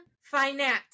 Finance